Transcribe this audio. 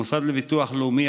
המוסד לביטוח לאומי,